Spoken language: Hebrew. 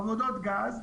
עבודות גז,